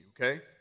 Okay